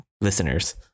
listeners